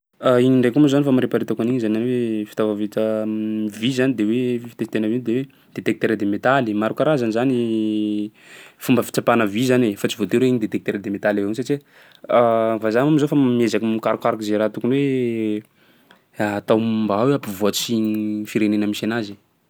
Igny ndraiky moa zany famariparitako an'igny zany hoe fitao vita am'vy zany de hoe fitestena vy de hoe détecteur de metaly. Maro karazany zany fomba fitsapana vy zany e, fa tsy voatery hoe igny détecteur de métal igny avao satsia vazaha moa am'zao fa miezaky mikarokaroky zay raha tokony hoe hatao mba hoe hampivoatsy gny firenena misy anazy.